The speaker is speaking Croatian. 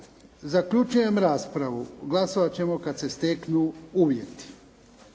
Zaključujem raspravu. Glasovati ćemo kada se steknu uvjeti.